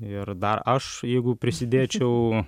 ir dar aš jeigu prisidėčiau